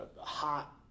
hot